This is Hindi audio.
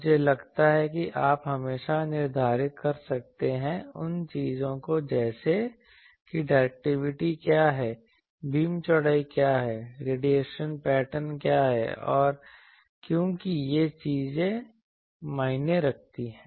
मुझे लगता है कि आप हमेशा निर्धारित कर सकते हैं उन चीजों को जैसे कि डायरेक्टिविटी क्या है बीम चौड़ाई क्या है रेडिएशन पैटर्न क्या है क्योंकि ये चीजें मायने रखती हैं